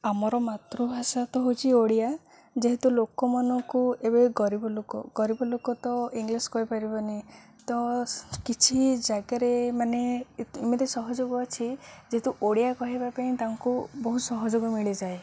ଆମର ମାତୃଭାଷା ତ ହେଉଛି ଓଡ଼ିଆ ଯେହେତୁ ଲୋକମାନଙ୍କୁ ଏବେ ଗରିବ ଲୋକ ଗରିବ ଲୋକ ତ ଇଂଲିଶ କହିପାରିବେନି ତ କିଛି ଜାଗାରେ ମାନେ ଏମିତି ସହଯୋଗ ଅଛି ଯେହେତୁ ଓଡ଼ିଆ କହିବା ପାଇଁ ତାଙ୍କୁ ବହୁତ ସହଯୋଗ ମିଳିଯାଏ